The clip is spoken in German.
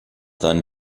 seinen